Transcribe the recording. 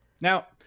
now